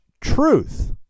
truth